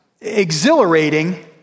exhilarating